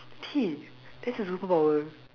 T that's a superpower